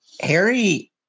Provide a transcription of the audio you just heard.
harry